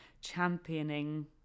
championing